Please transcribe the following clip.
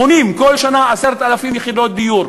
בונים כל שנה 10,000 יחידות דיור.